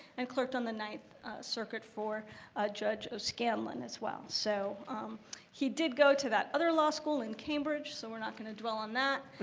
and clerked on the ninth circuit for ah judge scanlon as well. so he did go to that other law school in cambridge, so we're not gonna dwell on that,